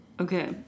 Okay